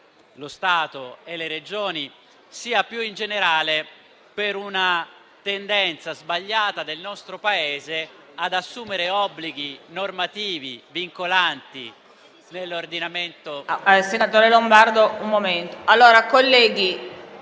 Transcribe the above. lo Stato e le Regioni, sia, più in generale, per una tendenza sbagliata del nostro Paese ad assumere obblighi normativi vincolanti nell'ordinamento.